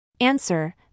Answer